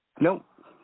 Nope